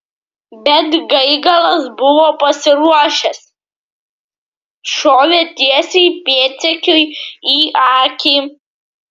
bet gaigalas buvo pasiruošęs šovė tiesiai pėdsekiui į akį